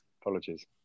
Apologies